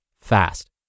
fast